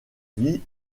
vit